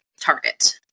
target